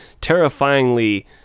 terrifyingly